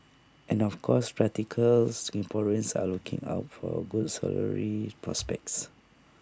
and of course practical Singaporeans are looking out for good salary prospects